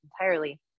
entirely